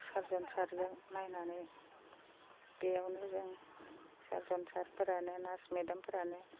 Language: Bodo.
सरजन सारजों नायनानै बेयावनो जों सारजन सारफोरानो नार्स मेदामफोरानो